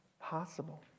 possible